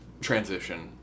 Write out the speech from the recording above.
transition